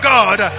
God